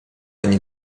ani